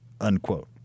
unquote